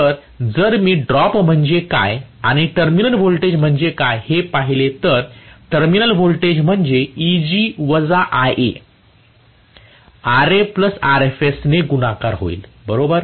तर जर मी ड्रॉप म्हणजे काय आणि टर्मिनल व्होल्टेज काय आहे हे पाहिले तर टर्मिनल व्होल्टेज म्हणजे Eg वजा Ia Ra प्लस Rfs ने गुणाकार होईल बरोबर